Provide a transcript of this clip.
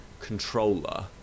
controller